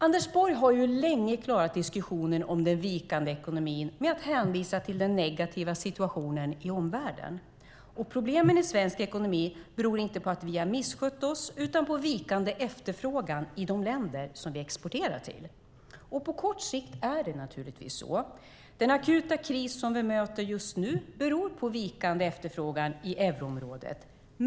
Anders Borg har länge klarat diskussionen om den vikande ekonomin med att hänvisa till den negativa situationen i omvärlden. Problemen i svensk ekonomi beror inte på att vi har misskött oss utan på vikande efterfrågan i de länder som vi exporterar till. På kort sikt är det naturligtvis så. Den akuta kris som vi möter just nu beror på vikande efterfrågan i euroområdet.